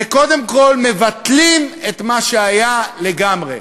וקודם כול מבטלים את מה שהיה לגמרי,